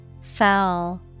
Foul